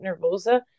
Nervosa